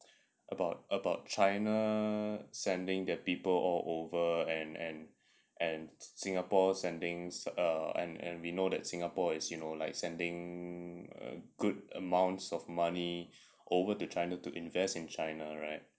about about china sending their people all over and and and singapore sending uh and and we know that singapore is you know like sending a good amounts of money over to china to invest in china right